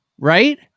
right